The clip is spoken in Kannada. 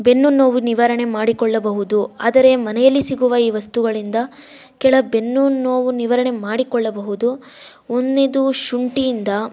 ಬೆನ್ನು ನೋವು ನಿವಾರಣೆ ಮಾಡಿಕೊಳ್ಳಬಹುದು ಆದರೆ ಮನೆಯಲ್ಲಿ ಸಿಗುವ ಈ ವಸ್ತುಗಳಿಂದ ಕೆಳ ಬೆನ್ನು ನೋವು ನಿವಾರಣೆ ಮಾಡಿಕೊಳ್ಳಬಹುದು ಒಂದ್ನೇದು ಶುಂಠಿಯಿಂದ